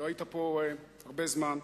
לא היית פה הרבה זמן,